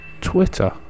Twitter